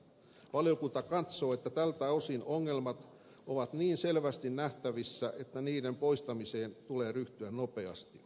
valiokunta katsoo että tältä osin ongelmat ovat niin selvästi nähtävissä että niiden poistamiseen tulee ryhtyä nopeasti